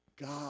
God